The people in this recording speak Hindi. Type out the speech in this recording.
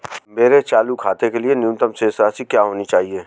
मेरे चालू खाते के लिए न्यूनतम शेष राशि क्या होनी चाहिए?